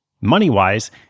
Money-wise